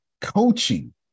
coaching